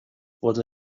fod